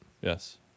Yes